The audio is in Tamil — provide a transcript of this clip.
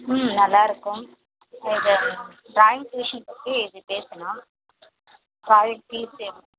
ம் நான் வேறு இது ட்ராயிங் டீச்சிங் பற்றி இது பேசணும் குவாலிட்டிஸ்